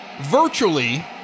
Virtually